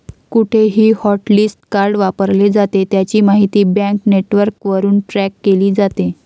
कुठेही hotlist card वापरले जाते, त्याची माहिती बँक नेटवर्कवरून ट्रॅक केली जाते